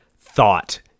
thought